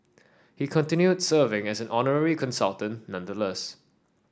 he continued serving as an honorary consultant nonetheless